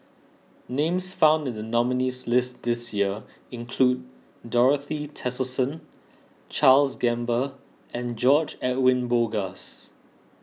names found in the nominees' list this this year include Dorothy Tessensohn Charles Gamba and George Edwin Bogaars